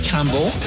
Campbell